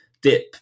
dip